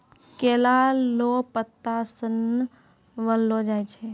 केला लो पत्ता से सन बनैलो जाय छै